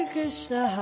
Krishna